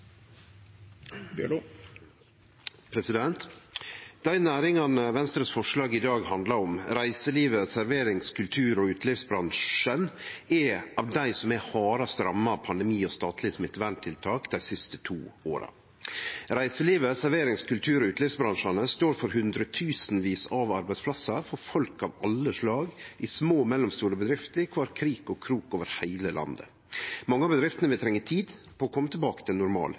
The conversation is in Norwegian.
Dei næringane som Venstres forslag i dag handlar om, reiselivet og serverings-, kultur- og utelivsbransjen, er av dei som er hardast ramma av pandemi- og statlege smitteverntiltak dei siste to åra. Reiselivet og serverings-, kultur- og utelivsbransjen står for hundretusenvis av arbeidsplassar, for folk av alle slag, i små og mellomstore bedrifter i kvar krik og krok over heile landet. Mange av bedriftene vil trenge tid på å kome tilbake til normal